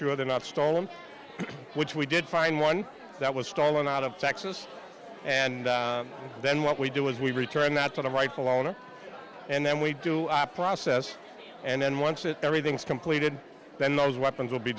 sure they're not stolen which we did find one that was stolen out of texas and then what we do is we return that to the rightful owner and then we do our process and then once that everything is completed then those weapons will be